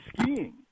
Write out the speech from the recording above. skiing